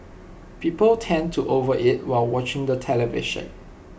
people tend to overeat while watching the television